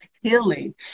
healing